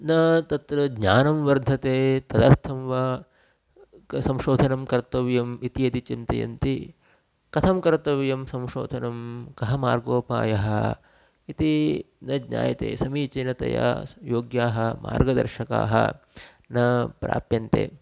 न तत्र ज्ञानं वर्धते तदर्थं वा किं संशोधनं कर्तव्यम् इति यदि चिन्तयन्ति कथं कर्तव्यं संशोधनं कः मार्गोपायः इति न ज्ञायते समीचीनतया योग्याः मार्गदर्शकाः न प्राप्यन्ते